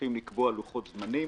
צריכים לקבוע לוחות זמנים.